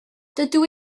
dydw